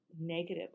negative